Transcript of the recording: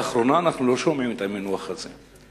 לאחרונה אנחנו לא שומעים את המינוח הזה.